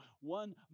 one